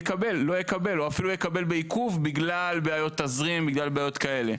יקבלו אפילו יקבל בעיכוב בגלל בעיות תזרים וכאלה.